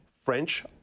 French